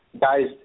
guys